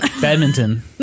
Badminton